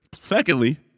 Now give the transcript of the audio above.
Secondly